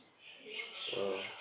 uh